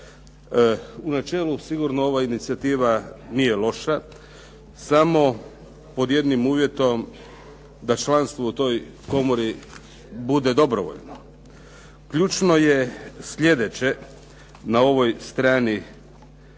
U načelu sigurno ova inicijativa nije loša, samo pod jednim uvjetom da članstvo u toj komori bude dobrovoljno. Ključno je sljedeće na ovoj strani